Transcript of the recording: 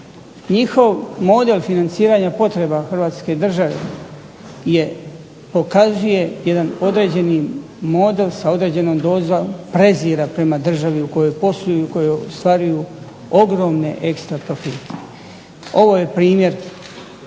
Njihov model financiranja potreba Hrvatske države je pokazuje jedan određeni model sa određenom dozom prezira prema državi u kojoj posluju u i u kojoj ostvaruju ogromne ekstra profite. Ovo je primjer